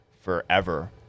forever